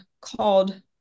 called